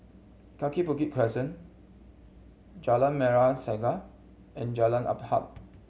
Kaki Bukit Crescent Jalan Merah Saga and Jalan Asuhan